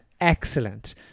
excellent